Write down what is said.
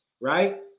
right